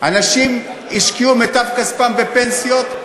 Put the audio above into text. אנשים השקיעו את מיטב כספם בפנסיות.